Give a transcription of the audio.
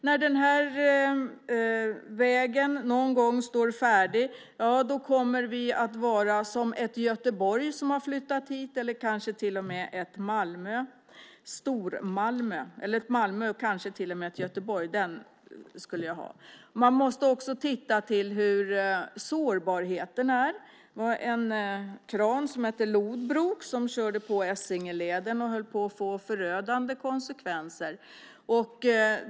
När den här vägen någon gång står färdig kommer vi att vara lika många som om ett Malmö hade flyttat hit eller kanske till och med ett Göteborg. Man måste också se till sårbarheten. En kran som heter Lodbrok körde på Essingeleden vilket höll på att få förödande konsekvenser.